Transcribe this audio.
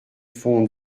fonds